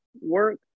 work